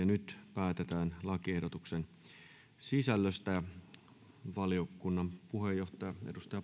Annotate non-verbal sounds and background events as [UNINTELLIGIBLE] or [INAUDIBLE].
[UNINTELLIGIBLE] nyt päätetään lakiehdotuksen sisällöstä valiokunnan puheenjohtaja edustaja